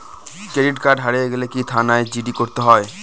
Credit card হারিয়ে গেলে কি থানায় জি.ডি করতে হয়?